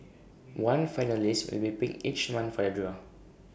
one finalist will be picked each month for the draw